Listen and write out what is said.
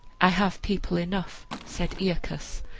i have people enough, said aeacus,